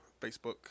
Facebook